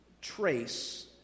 trace